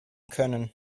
können